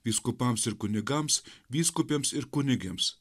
vyskupams ir kunigams vyskupėms ir kunigėms